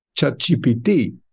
ChatGPT